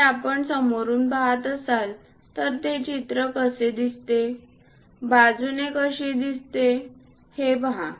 जर आपण समोरून पहात असाल तर ते चित्र कसे दिसते बाजूने कशी दिसते हे पहा